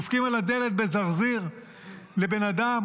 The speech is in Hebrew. דופקים לבן אדם בזרזיר על הדלת,